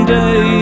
day